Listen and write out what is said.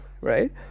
right